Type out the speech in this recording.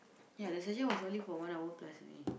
ya the session was only for one hour plus only